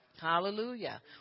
Hallelujah